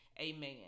Amen